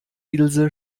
ilse